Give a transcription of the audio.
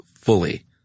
fully